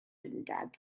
undeb